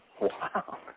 Wow